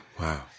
Wow